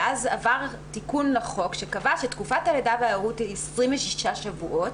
ואז עבר תיקון לחוק שקבע שתקופת הלידה וההורות היא 26 שבועות.